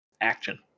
action